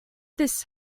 this